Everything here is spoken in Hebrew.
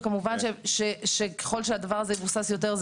וכמובן שככל שהדבר הזה יבוסס יותר,